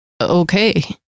okay